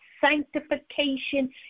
sanctification